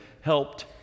helped